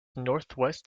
northwest